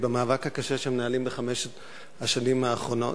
במאבק הקשה שהם מנהלים בחמש השנים האחרונות,